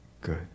good